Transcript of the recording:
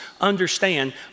understand